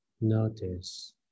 notice